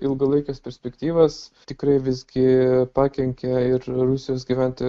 ilgalaikes perspektyvas tikrai visgi pakenkė ir rusijos gyventojų